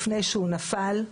לפני שהוא נפל.